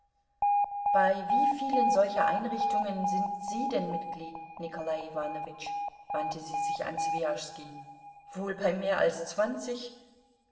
bei wie vielen solcher einrichtungen sind sie denn mitglied nikolai iwanowitsch wandte sie sich an swijaschski wohl bei mehr als zwanzig